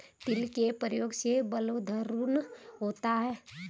तिल के प्रयोग से बलवर्धन होता है